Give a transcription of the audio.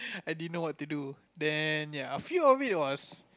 I didn't know what to do then ya a few of it was